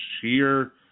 sheer